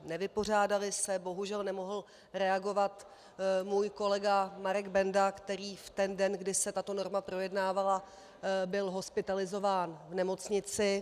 Nevypořádaly se, bohužel nemohl reagovat můj kolega Marek Benda, který v ten den, kdy se tato norma projednávala, byl hospitalizován v nemocnici.